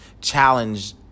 challenge